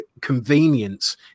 convenience